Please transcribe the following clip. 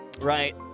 Right